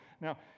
Now